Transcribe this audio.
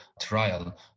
trial